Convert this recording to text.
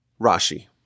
Rashi